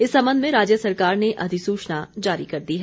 इस संबंध में राज्य सरकार ने अधिसूचना जारी कर दी है